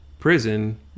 Prison